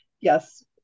Yes